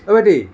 অ' ভাইটি